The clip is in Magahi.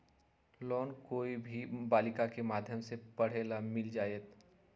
लोन कोई भी बालिका के माध्यम से पढे ला मिल जायत?